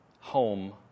home